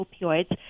opioids